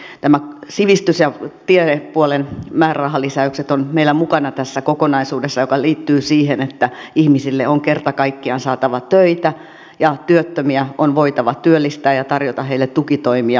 siksi myös nämä sivistys ja tiedepuolen määrärahalisäykset ovat meillä mukana tässä kokonaisuudessa joka liittyy siihen että ihmiselle on kerta kaikkiaan saatava töitä ja työttömiä on voitava työllistää ja tarjota heille tukitoimia työmarkkinoilla